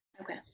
Okay